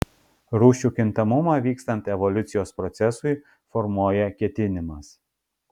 rūšių kintamumą vykstant evoliucijos procesui formuoja ketinimas